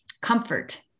comfort